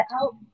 out